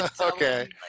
Okay